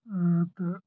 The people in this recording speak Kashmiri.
اۭن تہٕ